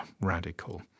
radical